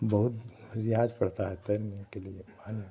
बहुत रियाज़ पड़ता है तैरने के लिए पानी में